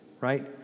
right